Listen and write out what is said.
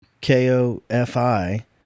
K-O-F-I